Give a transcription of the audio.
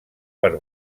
per